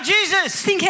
Jesus